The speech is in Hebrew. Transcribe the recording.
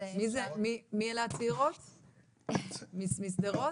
מי אלה הצעירות משדרות?